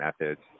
methods